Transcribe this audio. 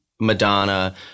Madonna